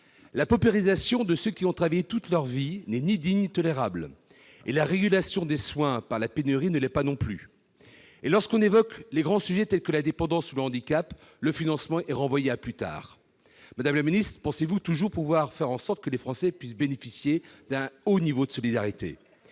La paupérisation de ceux qui ont travaillé toute leur vie n'est ni digne ni tolérable. La régulation des soins par la pénurie ne l'est pas non plus. Lorsqu'on évoque les grands sujets que sont la dépendance ou le handicap, le financement est renvoyé à plus tard. Madame la ministre des solidarités et de la santé, pensez-vous toujours pouvoir faire en sorte que les Français puissent bénéficier d'un haut niveau de solidarité ?